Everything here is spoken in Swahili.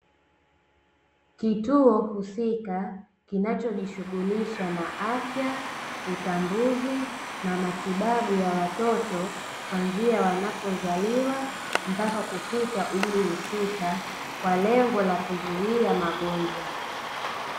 Kituo husika kinachojishughulisha na afya, utambuzi na matibabu ya watoto, kuanzia wanapozaliwa mpaka kufika umri husika, kwa lengo la kuzuia magonjwa.